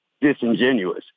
disingenuous